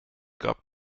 gab